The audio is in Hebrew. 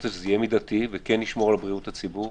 שזה יהיה מידתי וכן לשמור על בריאות הציבור,